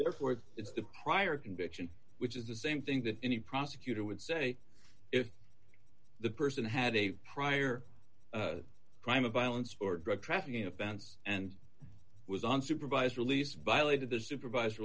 the prior conviction which is the same thing that any prosecutor would say if the person had a prior crime of violence or drug trafficking offense and was on supervised release violated the supervis